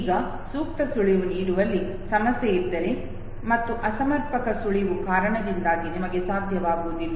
ಈಗ ಸೂಕ್ತ ಸುಳಿವು ನೀಡುವಲ್ಲಿ ಸಮಸ್ಯೆ ಇದ್ದರೆ ಮತ್ತು ಅಸಮರ್ಪಕ ಸುಳಿವು ಕಾರಣದಿಂದಾಗಿ ನಿಮಗೆ ಸಾಧ್ಯವಾಗುವುದಿಲ್ಲ